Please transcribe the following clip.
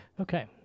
Okay